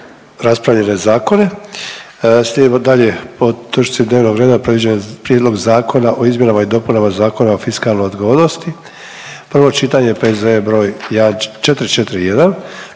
Ante (HDZ)** Slijedimo dalje po točci dnevnog reda predviđenog: - Prijedlog zakona o izmjenama i dopunama Zakona o fiskalnoj odgovornosti, prvo čitanje, P.Z.E. br. 441;